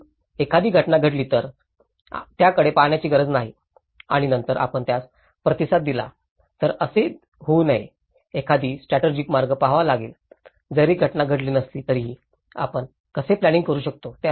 म्हणूनच एखादी घटना घडली तरच त्याकडे पाहण्याची गरज नाही आणि नंतर आपण त्यास प्रतिसाद दिला तर तसे होऊ नये एखादी स्ट्रॅटर्जीक मार्ग पहावा लागेल जरी घटना घडली नसली तरीही आपण कसे प्लॅनिंइंग करू शकतो